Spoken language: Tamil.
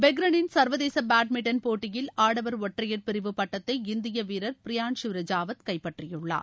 பெக்ரின் சர்வதேச பேட்மிண்டன் போட்டியில் ஆடவர் ஒற்றையர் பிரிவு பட்டத்தை இந்திய வீரர் பிரைன்சூர் ரஜாவத் கைப்பற்றியுள்ளார்